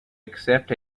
accept